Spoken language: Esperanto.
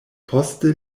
poste